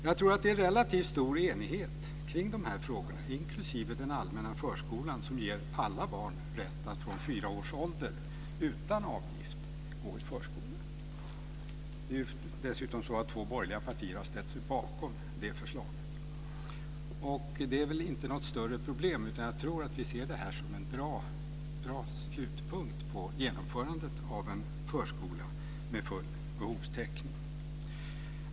Jag tror att det är relativt stor enighet kring den allmänna förskolan, dvs. att alla barn får rätt att från fyra års ålder utan avgift gå i förskola. Bl.a. har två borgerliga partier ställt sig bakom det förslaget. Det är väl inte något större problem med detta, utan vi ser det här som en bra slutpunkt på genomförandet av en förskola med full behovstäckning.